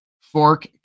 Fork